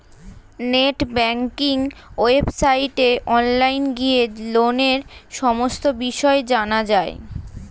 net banking ওয়েবসাইটে online গিয়ে লোনের সমস্ত বিষয় জানা যায়